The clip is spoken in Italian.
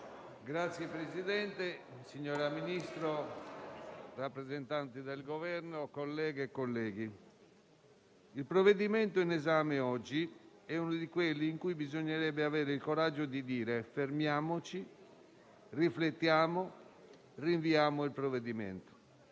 Signor Presidente, signora Ministro, rappresentanti del Governo, colleghe, colleghi, il provvedimento oggi in esame è uno di quelli in cui bisognerebbe avere il coraggio di dire: fermiamoci, riflettiamo, rinviamolo. Invece